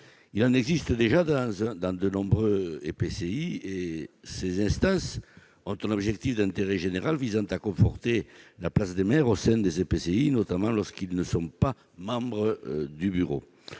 Il en existe déjà dans de nombreux EPCI. Ces instances ont un objet d'intérêt général, à savoir conforter la place des maires au sein des EPCI, notamment lorsqu'ils ne sont pas membres du bureau.